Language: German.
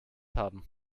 haben